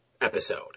episode